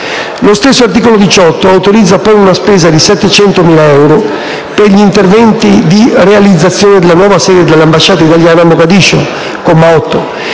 Lo stesso articolo 18 autorizza poi una spesa di 700.000 euro per gli interventi di realizzazione della nuova sede dell'ambasciata d'Italia a Mogadiscio (comma 8),